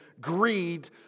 greed